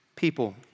people